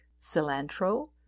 cilantro